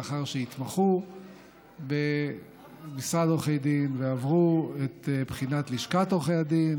לאחר שהתמחו במשרד עורכי דין ועברו את בחינת לשכת הדין,